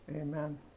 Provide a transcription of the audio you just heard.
amen